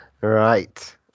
Right